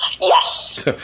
Yes